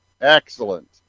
Excellent